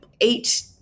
eight